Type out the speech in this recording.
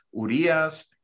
Urias